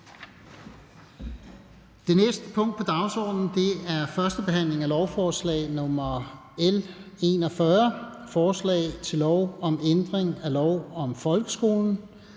Det næste punkt på dagsordenen er: 11) 1. behandling af lovforslag nr. L 42: Forslag til lov om ændring af lov om folkeskolen.